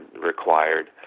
required